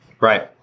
Right